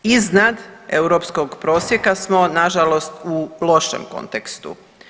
Iznad europskog prosjeka smo nažalost u lošem kontekstu.